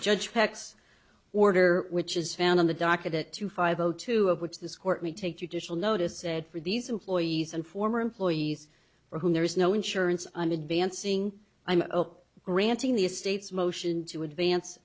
judge backs order which is found on the docket two five zero two of which this court we take you to shal notice said for these employees and former employees for whom there is no insurance i'm advancing i'm up granting the estates motion to advance